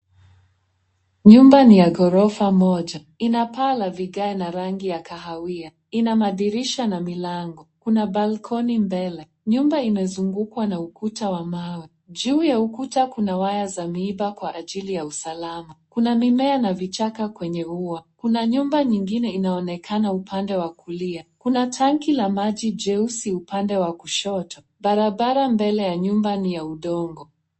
Nyumba ni ya ghorofa moja. Inapaa la vigae na rangi ya kahawia. Ina madirisha na milango. Kuna balcony mbele. Nyumba inazungukwa na ukuta wa mawe. Juu ya ukuta kuna waya za miiba kwa ajili ya usalama. Kuna mimea na vichaka kwenye ua. Kuna nyumba nyingine inaonekana upande wa kulia. Kuna tanki la maji jeusi upande wa kushoto. Barabara mbele ya nyumba ni ya udongo.